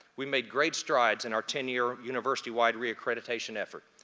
we made great strides in our ten-year university-wide reaccreditation effort,